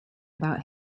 about